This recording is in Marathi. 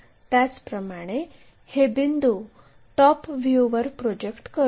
त्याचप्रमाणे हे बिंदू टॉप व्ह्यूवर प्रोजेक्ट करु